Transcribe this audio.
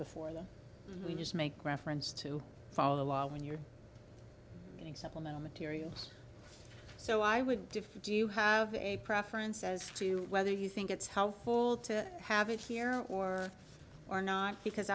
before we just make reference to follow the law when you're getting supplemental materials so i would differ do you have a preference as to whether you think it's how full to have it here or are not because